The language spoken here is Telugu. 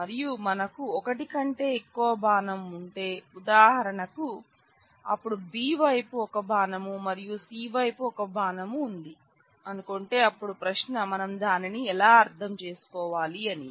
మరియు మనకు ఒకటి కంటే ఎక్కువ బాణం ఉంటే ఉదాహరణకు అప్పుడు B వైపు ఒక బాణం మరియు C వైపు ఒక బాణం ఉంది అనుకుంటే అప్పుడు ప్రశ్న మనం దానిని ఎలా అర్థం చేసుకోవాలి అని